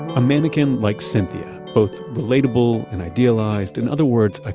a mannequin like cynthia, both relatable and idealized in other words, ah